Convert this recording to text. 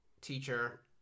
teacher